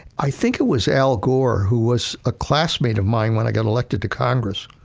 i think it was al gore who was a classmate of mine when i got elected to congress,